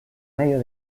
medio